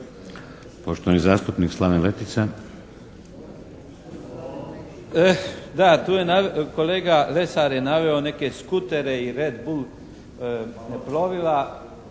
Poštovani zastupnik Slaven Letica.